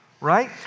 right